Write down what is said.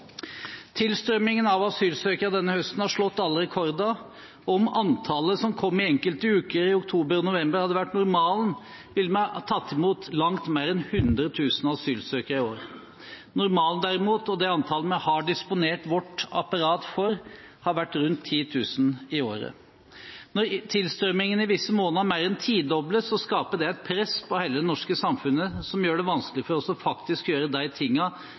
Tilstrømmingen av asylsøkere denne høsten har slått alle rekorder. Om antallet som kom i enkelte uker i oktober og november hadde vært normalen, ville vi tatt imot langt mer enn 100 000 asylsøkere i år. Normalen, derimot, og det antall vi har disponert vårt apparat for, har vært rundt 10 000 i året. Når tilstrømmingen i visse måneder mer enn tidobles, skaper det et press på hele det norske samfunnet, som gjør det vanskeligere for oss faktisk å gjøre de